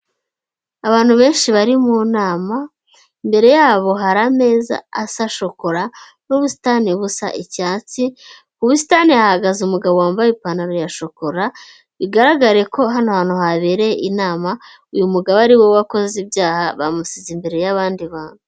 Abantu benshi bari mu nama, imbere yabo hari ameza asa shokora n'ubusitani busa icyatsi, mu busitani hahagaze umugabo wambaye ipantaro ya shokora, bigaragare ko hano hantu habereye inama, uyu mugabo ari we wakoze ibyaha bamusize imbere y'abandi bantu.